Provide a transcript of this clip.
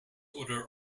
order